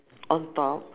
on top